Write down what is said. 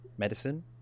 medicine